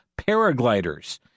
paragliders